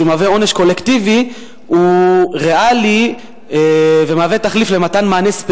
שהוא מהווה עונש קולקטיבי,